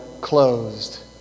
closed